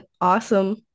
awesome